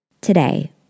Today